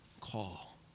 call